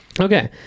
Okay